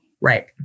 Right